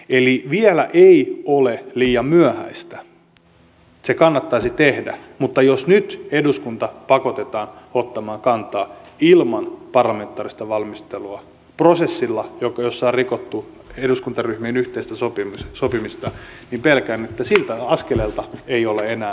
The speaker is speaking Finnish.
eli vielä ei ole liian myöhäistä se kannattaisi tehdä mutta jos nyt eduskunta pakotetaan ottamaan kantaa ilman parlamentaarista valmistelua prosessilla jossa on rikottu eduskuntaryhmien yhteistä sopimista niin pelkään että siltä askeleelta ei ole enää paluutietä